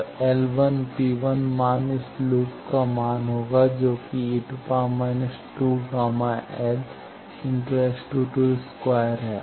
तो L P मान इस लूप का मान होगा जो कि e−2 γl ⋅ S 222 है